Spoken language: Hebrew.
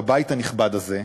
בבית הנכבד הזה,